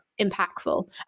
impactful